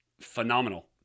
phenomenal